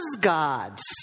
God's